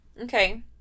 Okay